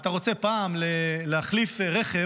אתה רוצה להחליף רכב,